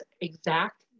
exact